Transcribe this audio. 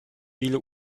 viele